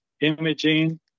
imaging